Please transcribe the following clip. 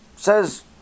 Says